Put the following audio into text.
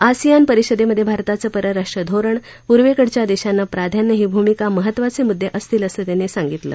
ASEAN परिषदेमध्ये भारताचं परराष्ट्र धोरण पूर्वेकडच्या देशांना प्राधान्य ही भूमिका महत्त्वाचे मुद्दे असतील असं त्यांनी सांगितलं